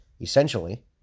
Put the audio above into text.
essentially